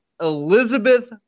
Elizabeth